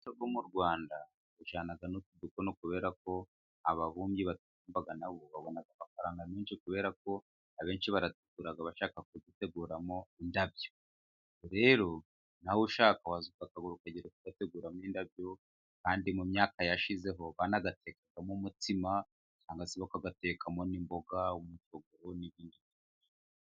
Umuco wo mu Rwanda ujyana n'utu dukono, kubera ko ababumbyi batubumba na bo babona amafaranga menshi, kubera ko abenshi baratugura bashaka kuduteguramo indabyo, rero nawe ushaka waza ukagura, ukagenda kugateguramo indabyo, kandi mu myaka yashizeho wanagatekamo umutsima, cyangwa se bakagatekamo n'imboga, umushogoro, n'ibindi.